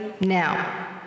Now